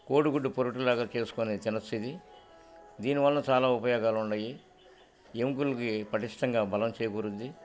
కోడిగుడ్డు పొరుట్లాగా చేసుకనేని తినస్తేది దీనివల చాలా ఉపయోగాలు ఉండయి ఎంకులకి పటిష్టంగా బలం చేకూరింది